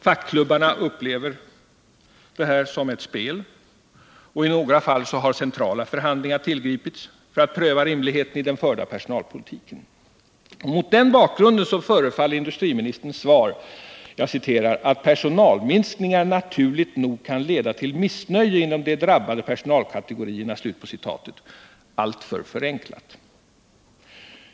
Fackklubbarna upplever detta som ett spel, och i några fall har centrala förhandlingar tillgripits för att pröva rimligheten i den förda personalpolitiken. Mot den bakgrunden förefaller industriministerns svar att personalminskningarna ”naturligt nog kan leda till missnöje inom de drabbade personal kategorierna” alltför förenklat.